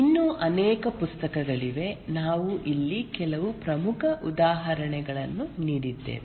ಇನ್ನೂ ಅನೇಕ ಪುಸ್ತಕಗಳಿವೆ ನಾವು ಇಲ್ಲಿ ಕೆಲವು ಪ್ರಮುಖ ಉದಾಹರಣೆಗಳನ್ನು ನೀಡಿದ್ದೇವೆ